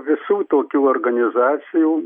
visų tokių organizacijų